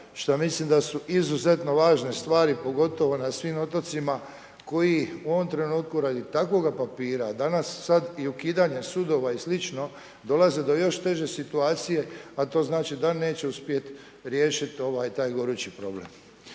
šta mislim da su izuzetno važne stvari pogotovo na svim otocima koji u ovom trenutku radi takvog papira, danas, sad i ukidanje sudova i sl., dolaze do još teže situacije a to znači da neće uspjeti riješiti taj gorući problem.